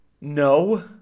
No